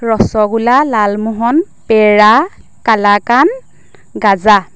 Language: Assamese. ৰছগোলা লালমোহন পেৰা কালাকান গাজা